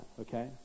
okay